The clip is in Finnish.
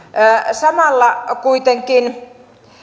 samalla kuitenkin